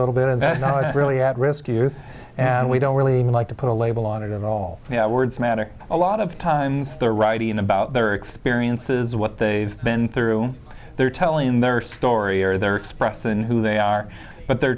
little bit of that car really at risk youth and we don't really like to put a label on it at all you know words matter a lot of times they're writing about their experiences what they've been through they're telling their story or their express and who they are but they're